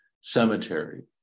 cemetery